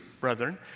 brethren